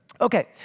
Okay